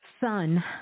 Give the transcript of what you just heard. son